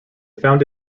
found